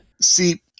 See